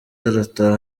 arataha